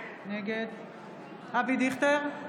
נגד אבי דיכטר,